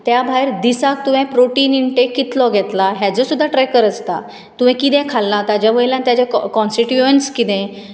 त्या भायर दिसाक तुवें प्रोटीन इनटेक कितलो घेतला हाचो सुद्दां ट्रेकर आसता तुवें कितें खाल्लां ताचे वयल्यान ताचें कॉन्सिक्युएन्स कितें